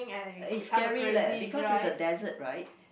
it's scary leh because it's a desert right